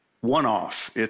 one-off